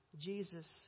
Jesus